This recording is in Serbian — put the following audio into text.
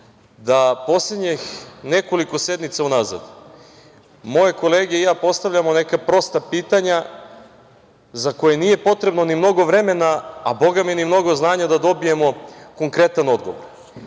da poslednjih nekoliko sednica unazad moje kolege i ja postavljamo neka prosta pitanja za koje nije potrebno mnogo vremena, a Bogami ni mnogo znanja da dobijemo konkretan odgovor.